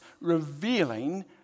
revealing